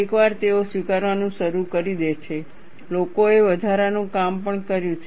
એકવાર તેઓ સ્વીકારવાનું શરૂ કરી દે છે લોકોએ વધારાનું કામ પણ કર્યું છે